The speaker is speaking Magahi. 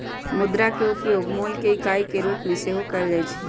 मुद्रा के उपयोग मोल के इकाई के रूप में सेहो कएल जाइ छै